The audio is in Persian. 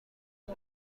این